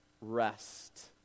rest